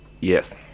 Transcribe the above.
Yes